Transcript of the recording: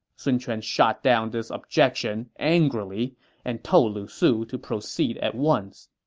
sun quan shot down this objection angrily and told lu su to proceed at once